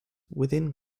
within